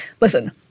listen